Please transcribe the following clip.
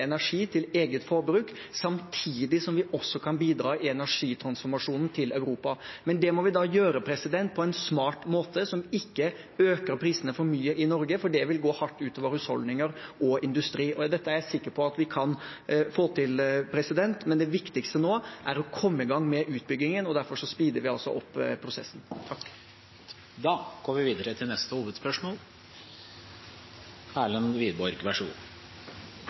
energi til eget forbruk, samtidig som vi også kan bidra i energitransformasjonen til Europa. Men det må vi da gjøre på en smart måte som ikke øker prisene for mye i Norge, for det vil gå hardt ut over husholdninger og industri. Dette er jeg sikker på at vi kan få til, men det viktigste nå er å komme i gang med utbyggingen, og derfor «speeder» vi altså opp prosessen. Da går vi videre til neste hovedspørsmål.